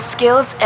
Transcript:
Skills